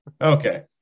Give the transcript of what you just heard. okay